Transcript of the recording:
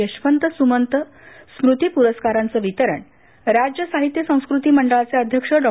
यशवंत सुमंत स्मृती पुरस्कारांचं वितरण राज्य साहित्य संस्कृती मंडळाचे अध्यक्ष डॉ